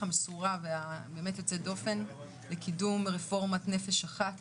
המסורה ובאמת יוצאת הדופן לקידום רפורמת נפש אחת